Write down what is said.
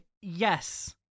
Yes